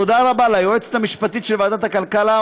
תודה רבה ליועצת המשפטית של ועדת הכלכלה,